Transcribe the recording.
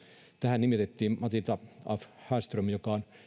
tähän nimitettiin matilda af hällström joka on